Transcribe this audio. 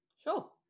Sure